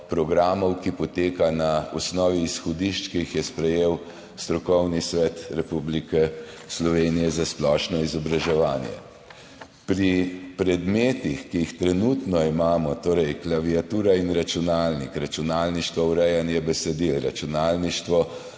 programov, ki poteka na osnovi izhodišč, ki jih je sprejel Strokovni svet Republike Slovenije za splošno izobraževanje. Pri predmetih, ki jih imamo trenutno, torej klaviatura in računalnik – računalništvo, urejanje besedil – računalništvo,